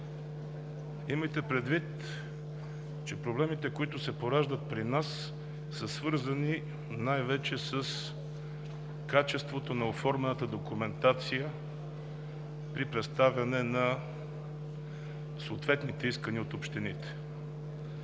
Имайте предвид, че проблемите, които се пораждат при нас, са свързани най-вече с качеството на оформената документация при представяне на съответните искания от общините.